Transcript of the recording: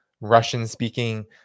Russian-speaking